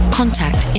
contact